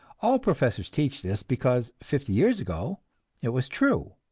all professors teach this, because fifty years ago it was true,